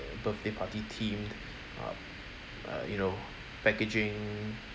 birthday party themed uh uh you know packaging